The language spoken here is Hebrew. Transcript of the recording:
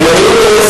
אם אני לא טועה,